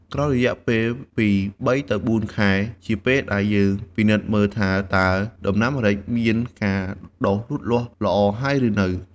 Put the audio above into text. ក្រោយរយៈពេលពី ៣ទៅ៤ខែ ជាពេលដែលយើងពិនិត្យមើលថាតើ ដំណាំម្រេចមានការដុះលូតលាស់ល្អហើយឬនៅ។